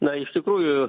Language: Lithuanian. na iš tikrųjų